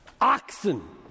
oxen